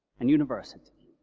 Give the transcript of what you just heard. and university,